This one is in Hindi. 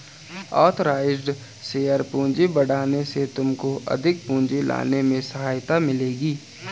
ऑथराइज़्ड शेयर पूंजी बढ़ाने से तुमको अधिक पूंजी लाने में सहायता मिलेगी